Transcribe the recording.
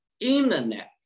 internet